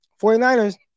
49ers